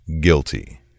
guilty